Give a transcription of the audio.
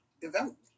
development